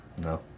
No